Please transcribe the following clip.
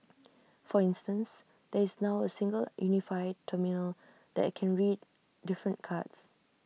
for instance there is now A single unified terminal that can read different cards